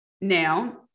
Now